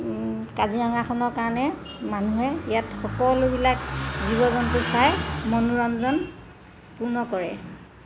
কাজিৰঙাখনৰ কাৰণে মানুহে ইয়াত সকলোবিলাক জীৱ জন্তু চাই মনোৰঞ্জন পূৰ্ণ কৰে